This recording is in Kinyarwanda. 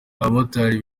abamotari